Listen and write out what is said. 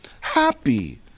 happy